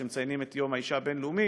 שמציינים את יום האישה הבין-לאומי,